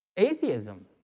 atheism